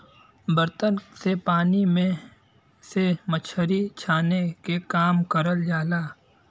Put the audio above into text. बर्तन से पानी में से मछरी छाने के काम करल जाला